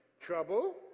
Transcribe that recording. trouble